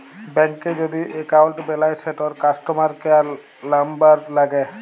ব্যাংকে যদি এক্কাউল্ট বেলায় সেটর কাস্টমার কেয়ার লামবার ল্যাগে